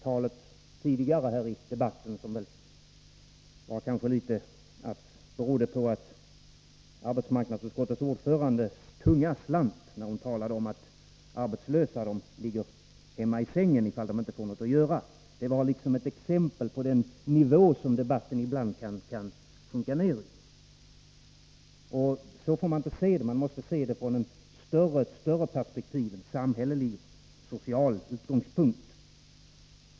Talet tidigare i debatten berodde kanske litet grand på att arbetsmarknadsutskottets ordförandes tunga slant när hon talade om att arbetslösa ligger hemma i sängen om de inte får något att göra. Det var ett exempel på den nivå som debatten ibland kan skjunka ner till. Så får man inte se det. Man måste se det från ett större perspektiv, från en samhällelig, social utgångspunkt.